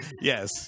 Yes